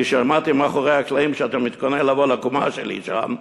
כשאמרתם מאחורי הקלעים שאתה מתכונן לבוא לקומה שלי שם,